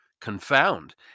confound